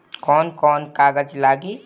कौन कौन कागज लागी?